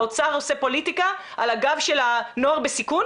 האוצר עושה פוליטיקה על הגב של הנוער בסיכון?